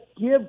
give